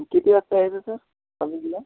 किती वाजता यायचं सर कॉलेजला